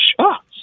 shots